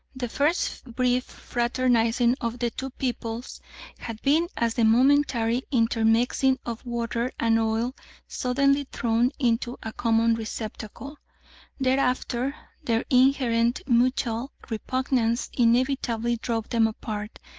the first brief fraternising of the two peoples had been as the momentary intermixing of water and oil suddenly thrown into a common receptacle thereafter their inherent mutual repugnance inevitably drove them apart,